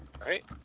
Right